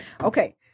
Okay